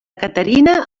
caterina